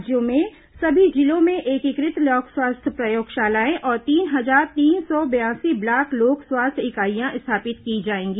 राज्यों में सभी जिलों में एकीकृत लोक स्वास्थ्य प्रयोगशालाएं और तीन हजार तीन सौ बयासी ब्लॉक लोक स्वास्थ्य इकाइयां स्थापित की जायेंगी